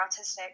autistic